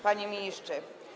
Panie Ministrze!